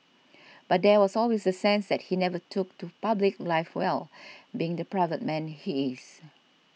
but there was always the sense that he never took to public life well being the private man he is